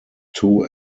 two